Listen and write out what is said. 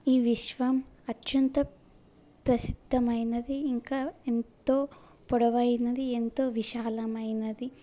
ఈ విశ్వం అత్యంత ప్రసిద్ధమైనది ఇంకా ఎంతో పొడవైనది ఎంతో విశాలమైనది